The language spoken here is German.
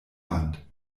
wand